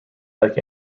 like